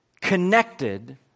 connected